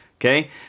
Okay